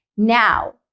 Now